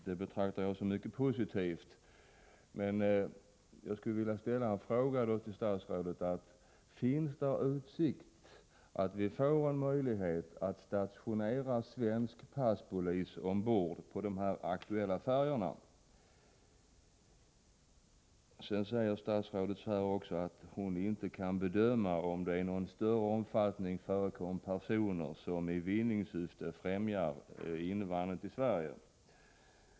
Detta betraktar jag som mycket positivt, men jag skulle vilja ställa frågan: Finns det utsikter att vi får möjlighet att stationera svensk passpolis ombord på de aktuella färjorna? Statsrådet säger också att hon inte kan bedöma om det i någon större omfattning förekommer att personer i vinningssyfte främjar invandring till Sverige.